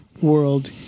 world